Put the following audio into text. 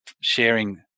sharing